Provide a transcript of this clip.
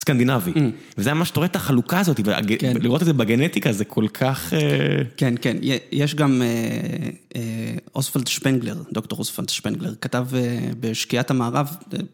סקנדינבי, וזה מה שאתה רואה, את החלוקה הזאת, לראות את זה בגנטיקה, זה כל כך... כן, כן, יש גם אוסוולד שפנגלר, דוקטור אוסוולד שפנגלר, כתב בשקיעת המערב...